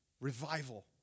revival